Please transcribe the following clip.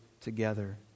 together